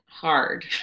hard